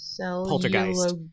Poltergeist